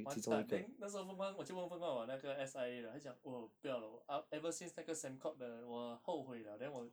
完蛋 then 那时候 feng kuang 我全部都放到我那个 S_I_A 的他就讲 oh 不要了我 every since 那个 Sembcorp 的我后悔 liao then 我